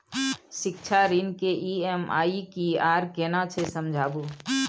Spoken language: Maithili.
शिक्षा ऋण के ई.एम.आई की आर केना छै समझाबू?